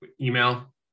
email